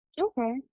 Okay